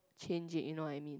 change it you know I mean